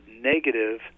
negative